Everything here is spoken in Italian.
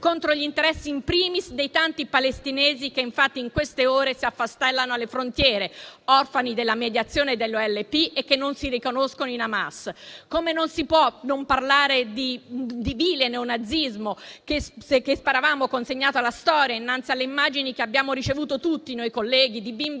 contro gli interessi dei tanti palestinesi che, infatti, in queste ore si affastellano alle frontiere, orfani della mediazione dell'OLP e che non si riconoscono in Hamas. Come non si può non parlare di vile neonazismo, che speravamo consegnato alla storia, innanzi alle immagini, che abbiamo ricevuto tutti, noi colleghi, di bimbi